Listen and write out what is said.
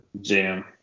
Jam